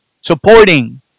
supporting